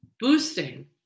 boosting